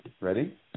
Ready